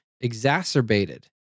exacerbated